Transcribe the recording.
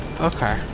okay